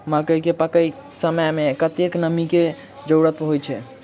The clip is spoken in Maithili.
मकई केँ पकै समय मे कतेक नमी केँ जरूरत होइ छै?